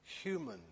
human